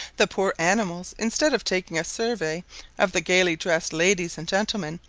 the poor animals, instead of taking a survey of the gaily dressed ladies and gentlemen,